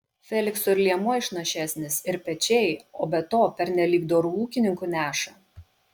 felikso ir liemuo išnašesnis ir pečiai o be to pernelyg doru ūkininku neša